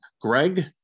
Greg